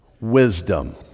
wisdom